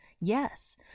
Yes